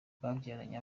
babyaranye